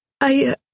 I-